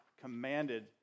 commanded